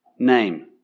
Name